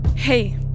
Hey